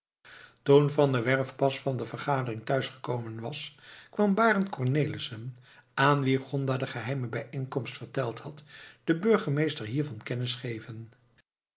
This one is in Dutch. toen van der werff pas van de vergadering thuis gekomen was kwam barend cornelissen aan wien gonda de geheime bijeenkomst verteld had den burgemeester hiervan kennis geven